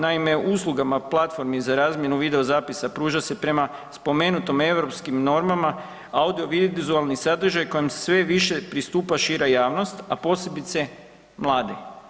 Naime, u uslugama platformi za razmjenu vide zapisa, pruža se prema spomenutim europskim normama audiovizualni sadržaj kojim sve više pristupa šira javnost a posebice mladi.